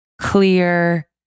clear